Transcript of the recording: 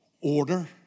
Order